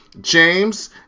James